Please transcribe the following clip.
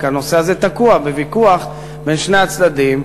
רק הנושא הזה תקוע בוויכוח בין שני הצדדים,